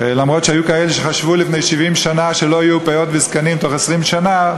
אף שהיו כאלה שחשבו לפני 70 שנה שלא יהיו פאות וזקנים בתוך 20 שנה,